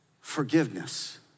forgiveness